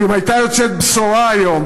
ואם הייתה יוצאת בשורה היום,